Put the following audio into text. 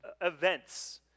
events